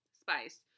Spice